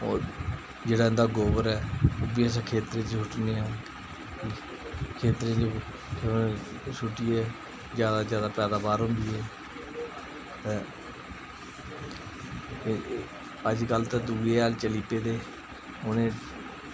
होर जेह्ड़ा इं'दा गोवर ऐ ओह् बी अस खेत्तरें च सुट्टने आं खेत्तरें च ओह् सुट्टियै जादा जादा पैदाबार होंदी ऐ ते अज्जकल ते दूए हैल चली पेदे उनें